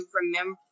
remember